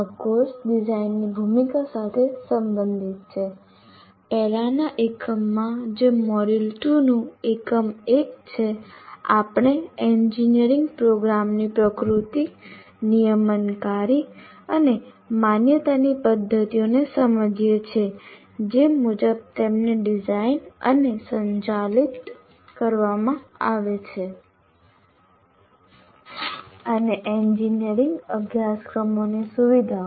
આ કોર્સ ડિઝાઇનની ભૂમિકા સાથે સંબંધિત છે પહેલાના એકમમાં જે મોડ્યુલ 2 નું એકમ 1 છે આપણે એન્જિનિયરિંગ પ્રોગ્રામ્સની પ્રકૃતિ નિયમનકારી અને માન્યતાની પદ્ધતિઓને સમજીએ છીએ જે મુજબ તેમને ડિઝાઇન અને સંચાલિત કરવાના છે અને એન્જિનિયરિંગ અભ્યાસક્રમોની સુવિધાઓ